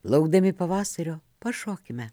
laukdami pavasario pašokime